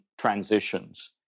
transitions